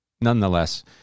nonetheless